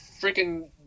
freaking